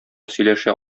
сөйләшә